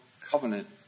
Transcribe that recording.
covenant